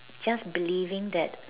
just believing that